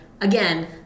again